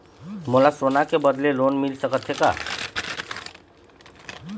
मोला सोना के बदले लोन मिल सकथे का?